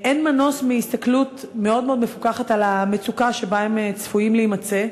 אין מנוס מהסתכלות מאוד מאוד מפוכחת על המצוקה שבה הם צפויים להימצא,